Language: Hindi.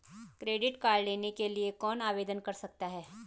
क्रेडिट कार्ड लेने के लिए कौन आवेदन कर सकता है?